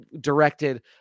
directed